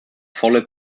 volle